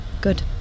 Good